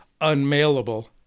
unmailable